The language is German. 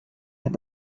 hat